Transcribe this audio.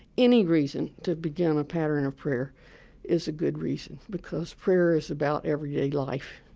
any reason to begin a pattern of prayer is a good reason because prayer is about everyday life.